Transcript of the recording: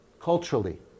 culturally